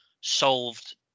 solved